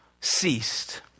ceased